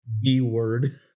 B-word